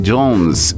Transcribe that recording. Jones